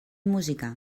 música